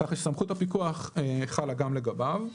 כך שסמכות הפיקוח חלה גם לגביו.